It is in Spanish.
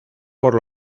por